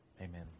Amen